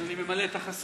אז אני ממלא את החסר.